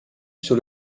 sur